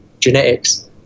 genetics